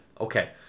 Okay